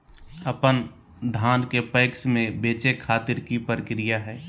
अपन धान के पैक्स मैं बेचे खातिर की प्रक्रिया हय?